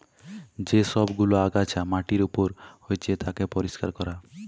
যে সব গুলা আগাছা মাটির উপর হচ্যে তাকে পরিষ্কার ক্যরা